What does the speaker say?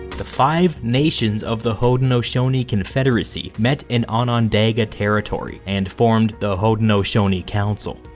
the five nations of the haudenosaunee confederacy met in onondaga territory and formed the haudenosaunee council.